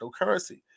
cryptocurrency